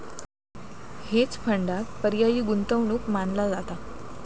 hedge फंडांक पर्यायी गुंतवणूक मानला जाता